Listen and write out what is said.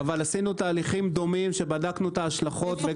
אבל עשינו תהליכים דומים שבדקנו את ההשלכות.